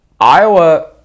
Iowa